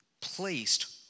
placed